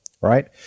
right